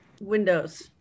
Windows